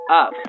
up